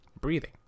breathing